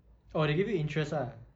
oh they give you interest lah